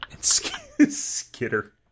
skitter